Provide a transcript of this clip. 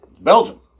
Belgium